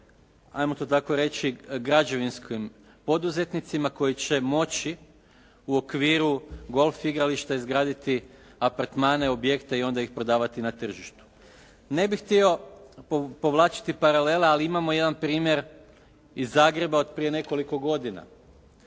ajmo to tako reći građevinskim poduzetnicima koji će moći u okviru golf igrališta izgraditi apartmane, objekte i onda ih prodavati na tržištu. Ne bih htio povlačiti paralele, ali imamo jedan primjer iz Zagreba od prije nekoliko godina,